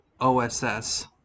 OSS